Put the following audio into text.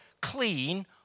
clean